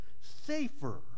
safer